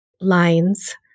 lines